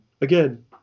again